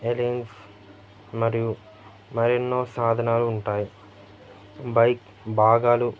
ఎలీఫ్ మరియు మరెన్నో సాధనాలు ఉంటాయి బైక్ భాగాలు